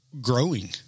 growing